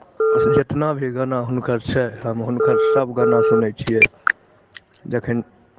जितना भी गाना हुनकर छै हम हुनकर सभ गाना सुनै छियै जखन